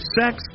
sex